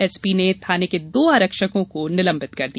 SP ने थाने के दो आरक्षकों को निलंबित कर दिया